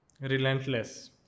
relentless